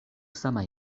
sama